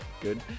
good